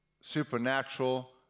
Supernatural